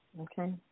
Okay